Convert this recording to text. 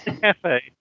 cafe